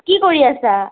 কি কৰি আছা